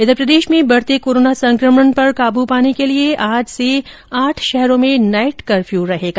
इधर प्रदेश में बढ़ते कोरोना संकमण पर काबू पाने के लिए आज से आठ शहरों में नाईट कर्फ्यू रहेगा